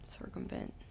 Circumvent